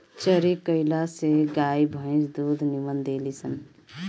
चरी कईला से गाई भंईस दूध निमन देली सन